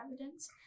evidence